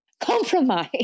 Compromise